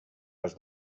als